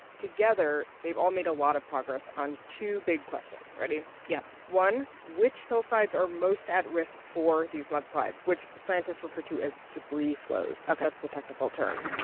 together, they've all made a lot of progress on two big questions. ready? yeah one which hillsides are most at risk for these mudslides? which scientists refer to as debris flows ok that's the technical term.